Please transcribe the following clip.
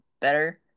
better